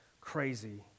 crazy